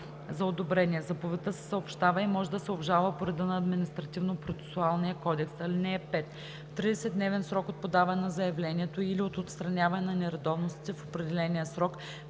за одобрение. Заповедта се съобщава и може да се обжалва по реда на Административнопроцесуалния кодекс. (5) В 30-дневен срок от подаване на заявлението или от отстраняване на нередовностите в определения срок,